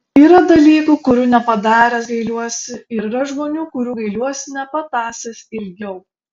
yra dalykų kurių nepadaręs gailiuosi ir yra žmonių kurių gailiuosi nepatąsęs ilgiau